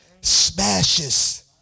smashes